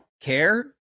care